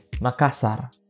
Makassar